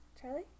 Charlie